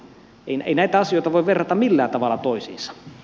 ei näitä asioita voi verrata millään tavalla toisiinsa